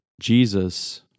Jesus